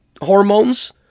hormones